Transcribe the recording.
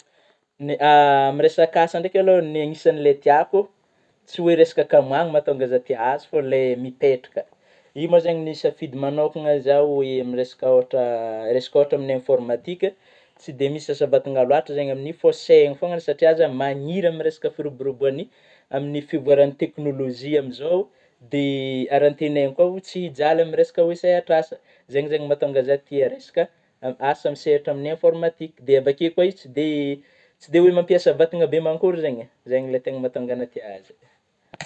Miresaka asa ndraiky alôha ,anisan'ilay tiako, tsy oe resaka kamagno no mahatônga zaho te ahazo fa le mipetraka, io môa zany, nisafidy manôkana zaho amin'ny resaka ôhatra, resaka ôhatra amin'ny informatique, tsy dia misy asa vatagna lôatra zagny amin'io fô saigny fôana satria zah magniry amin'ny resaka firôboroboan'ny, amin'ny fivoaran'gny tekinolojia amin'izao, de ary antegnaiko kôa, tsy ijally amin'ny resaka hoe sehatry asa zagny, no mahatônga zaho tia resaka asa misehatra amin'ny informatique .De avy akeo koa izy tsy de, tsy de mampiasagna vatagna be mankôry zegny eh, zeigny le mahatônga aho tia azy.